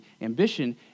Ambition